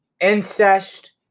Incest